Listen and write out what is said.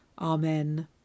Amen